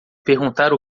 perguntar